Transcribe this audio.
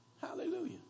Hallelujah